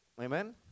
Amen